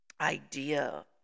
idea